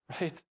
right